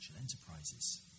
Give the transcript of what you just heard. enterprises